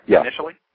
initially